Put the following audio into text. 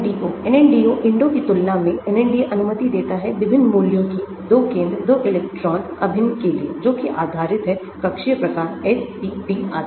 NNDO INDO की तुलना में NNDO अनुमति देता है विभिन्न मूल्यों की 2 केंद्र 2 इलेक्ट्रॉन अभिन्न के लिए जोकि आधारित हैकक्षीय प्रकार s p d आदि पर